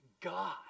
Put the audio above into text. God